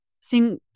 seeing